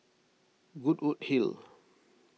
Goodwood Hill